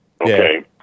Okay